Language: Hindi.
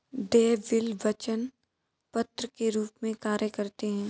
देय बिल वचन पत्र के रूप में कार्य करते हैं